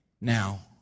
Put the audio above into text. now